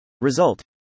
Result